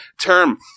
term